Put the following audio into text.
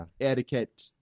etiquette